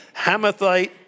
Hamathite